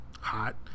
hot